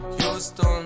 Houston